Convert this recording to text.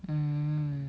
mm